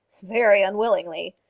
very unwillingly.